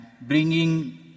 bringing